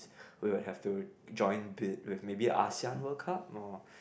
we will have to join bid with maybe Asean World Cup or